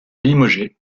limogé